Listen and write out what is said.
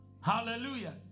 Hallelujah